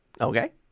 Okay